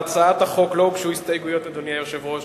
להצעת החוק לא הוגשו הסתייגויות, אדוני היושב-ראש.